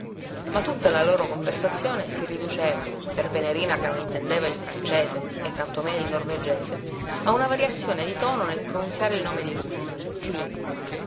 ma tutta la loro conversazione si riduceva per venerina che non intendeva il francese e tanto meno il norvegese a una variazione di tono nel pronunziare il nome di lui cleen